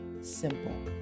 simple